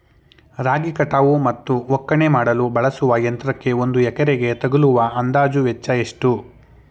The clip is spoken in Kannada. ರಾಗಿ ಕಟಾವು ಮತ್ತು ಒಕ್ಕಣೆ ಮಾಡಲು ಬಳಸುವ ಯಂತ್ರಕ್ಕೆ ಒಂದು ಎಕರೆಗೆ ತಗಲುವ ಅಂದಾಜು ವೆಚ್ಚ ಎಷ್ಟು?